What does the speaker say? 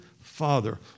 Father